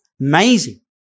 Amazing